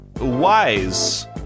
wise